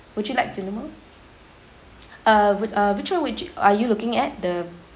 would you like to know more uh wh~ uh which one would you are you looking at the